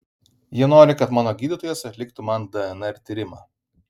jie nori kad mano gydytojas atliktų man dnr tyrimą